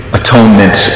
atonement